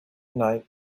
night